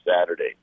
Saturday